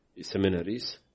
seminaries